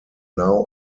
now